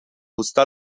usta